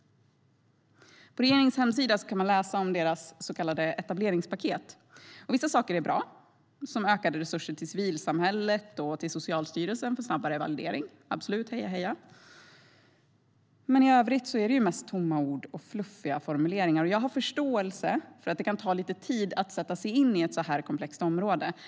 På regeringens hemsida kan man läsa om deras så kallade etableringspaket. Vissa saker är bra, såsom ökade resurser till civilsamhället och till Socialstyrelsen för snabbare validering - absolut, heja heja! Men i övrigt är det mest tomma ord och fluffiga formuleringar. Jag har förståelse för att det kan ta lite tid att sätta sig in i ett så komplext område.